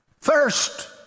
first